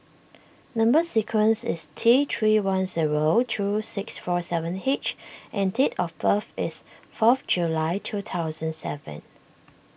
Number Sequence is T three one zero two six four seven H and date of birth is fourth July two thousand seven